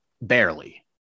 barely